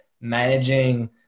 managing